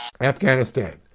Afghanistan